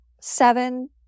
seven